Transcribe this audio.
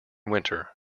winter